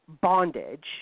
bondage